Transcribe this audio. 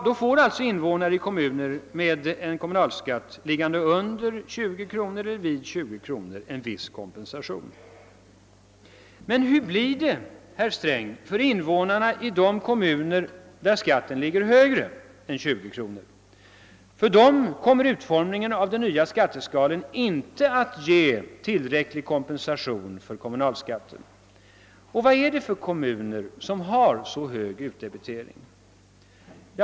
Dår får alltså invånarna i kommuner med en kommunalskatt liggande under eller vid 20 kr. en viss kompensation, men hur blir det, herr Sträng, för invånarna i de kommuner där skatten ligger högre än 20 kr.? För dem kommer utformningen av den nya skatteskalan inte att ge tillräcklig kompensation för kommunalskatten. Och vad är det för kommuner som har så hög utdebitering?